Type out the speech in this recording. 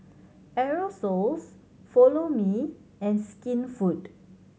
Aerosoles Follow Me and Skinfood